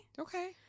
okay